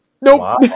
Nope